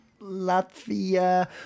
Latvia